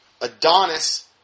Adonis